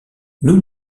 nous